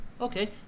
Okay